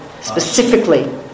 specifically